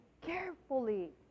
carefully